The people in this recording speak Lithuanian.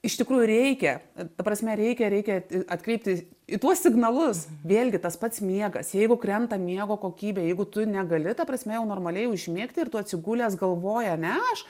iš tikrųjų reikia ta prasme reikia reikia atkreipti į tuos signalus vėlgi tas pats miegas jeigu krenta miego kokybė jeigu tu negali ta prasme jau normaliai užmigti ir tu atsigulęs galvoji ane aš